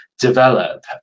develop